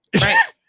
Right